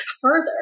further